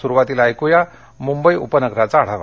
सुरुवातीला ऐक्या मुंबई उपनगराचा आढावा